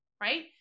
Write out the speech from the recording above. right